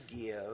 give